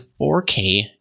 4k